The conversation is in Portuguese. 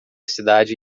cidade